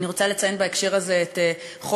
אני רוצה לציין בהקשר הזה את חוף-הקשתות,